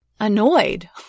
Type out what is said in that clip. annoyed